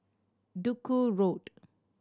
Duku Road